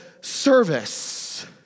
service